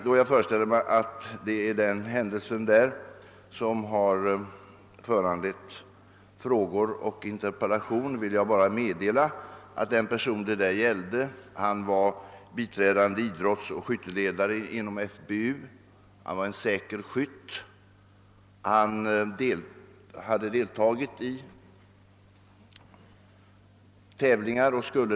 Då jag föreställer mig att det är denna händelse som har föranlett frågor och interpellation vill jag endast meddela att den person det gällde var biträdande idrottsoch skytteledare inom FBU. Han var en säker skytt och han hade deltagit i tävlingar.